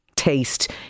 Taste